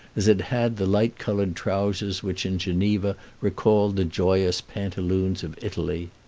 as it had the light-colored trousers which in geneva recalled the joyous pantaloons of italy.